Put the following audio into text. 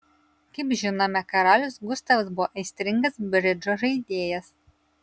kaip žinome karalius gustavas buvo aistringas bridžo žaidėjas